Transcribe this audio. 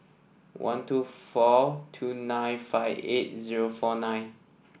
one two four two nine five eight zero four nine